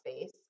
space